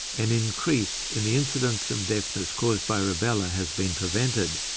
an increase in the incidence of deafness caused by rubella has been prevented.